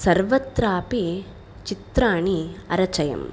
सर्वत्रापि चित्राणि अरचयम्